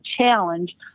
challenge